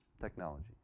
Technology